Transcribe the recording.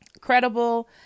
credible